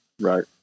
right